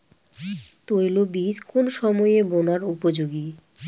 তৈলবীজ কোন সময়ে বোনার উপযোগী?